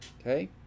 Okay